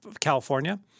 california